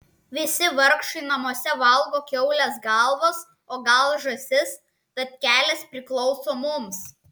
visi vargšai namuose valgo kiaulės galvas o gal žąsis tad kelias priklauso mums